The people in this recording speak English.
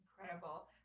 Incredible